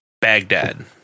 Baghdad